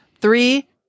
three